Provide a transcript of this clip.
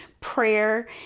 prayer